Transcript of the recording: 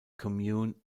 commune